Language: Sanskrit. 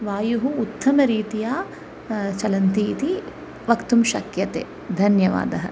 वायुः उत्तमरीत्या चलन्ति इति वक्तुं शक्यते धन्यवादः